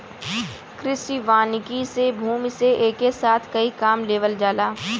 कृषि वानिकी से भूमि से एके साथ कई काम लेवल जाला